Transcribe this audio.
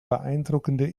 beeindruckende